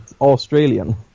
Australian